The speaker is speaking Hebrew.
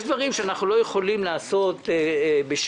יש דברים שאנחנו לא יכולים לעשות בשגרה,